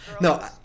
No